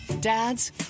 Dads